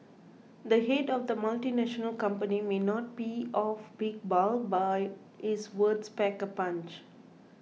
the head of the multinational company may not be of big bulk but is words pack a punch